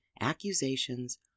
accusations